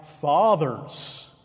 father's